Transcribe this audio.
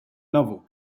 novel